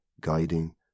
guiding